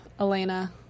Elena